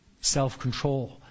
Self-control